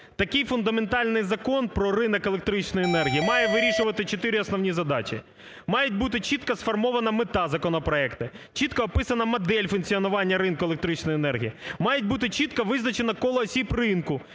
Такий фундаментальний Закон про ринок електричної енергії має вирішувати чотири основні задачі. Має бути чітко сформована мета законопроекту, чітко описана модель функціонування ринку електричної енергії, має бути чітко визначено коло осіб ринку,